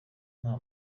nta